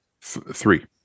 Three